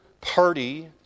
party